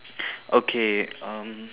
okay um